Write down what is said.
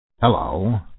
Hello